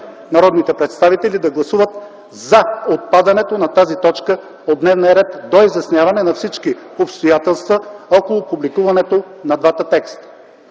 народните представители да гласуват „за” отпадането на тази точка от дневния ред до изясняване на всички обстоятелства около публикуването на двата текста.